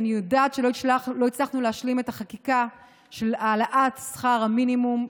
אני יודעת שלא הצלחנו להשלים את החקיקה של העלאת שכר המינימום,